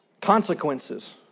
Consequences